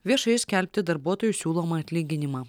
viešai skelbti darbuotojų siūlomą atlyginimą